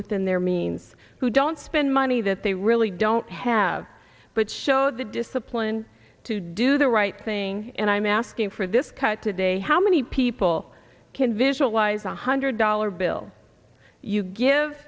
within their means who don't spend money that they really don't have but show the discipline to do the right thing and i'm asking for this cut today how many people can visualize a hundred dollar bill you give